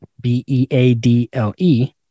B-E-A-D-L-E